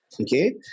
okay